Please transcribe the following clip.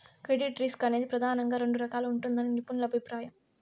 credit risk అనేది ప్రెదానంగా రెండు రకాలుగా ఉంటదని నిపుణుల అభిప్రాయం